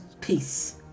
peace